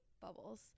bubbles